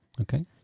Okay